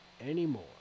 anymore